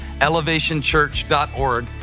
elevationchurch.org